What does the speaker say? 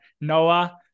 Noah